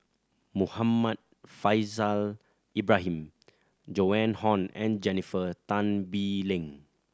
Muhammad Faishal Ibrahim Joan Hon and Jennifer Tan Bee Leng